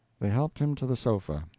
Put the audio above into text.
they helped him to the sofa.